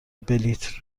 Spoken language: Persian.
بلیط